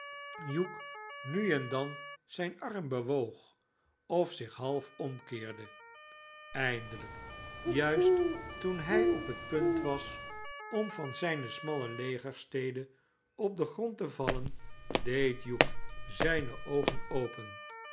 hugh nu en dan zijn arm bewoog of zich half omkeerde eindelijk juist toen hij op het punt was om van zijne smalle legerstede op den grond te vallen deed hugh zijne oogen open